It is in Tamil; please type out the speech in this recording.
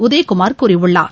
உதயகுமார் கூறியுள்ளார்